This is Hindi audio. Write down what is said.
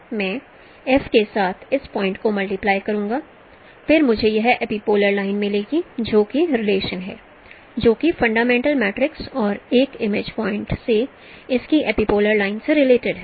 मैं F के साथ इस पॉइंट को मल्टीप्लाई करूंगा फिर मुझे यह एपीपोलर लाइन मिलेगी जो कि रिलेशन है जो कि फंडामेंटल मैट्रिक्स एक इमेज पॉइंट से इसकी एपीपोलर लाइन से रिलेटिड है